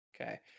Okay